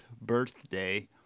birthday